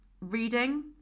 reading